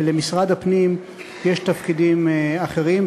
ולמשרד הפנים יש תפקידים אחרים,